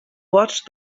watched